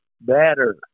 better